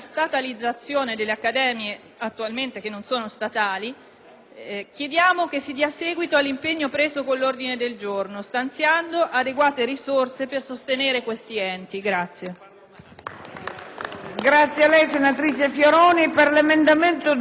chiediamo che si dia seguito all'impegno preso con quell'ordine del giorno stanziando adeguate risorse per sostenere questi enti.